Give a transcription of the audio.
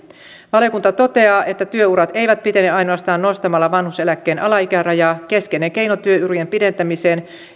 valiokunta toteaa että työurat eivät pitene ainoastaan nostamalla vanhuuseläkkeen alaikärajaa keskeinen keino työurien pidentämiseen